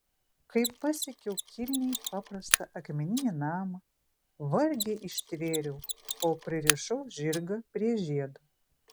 kai pasiekiau kilniai paprastą akmeninį namą vargiai ištvėriau kol pririšau žirgą prie žiedo